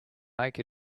make